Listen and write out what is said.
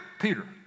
Peter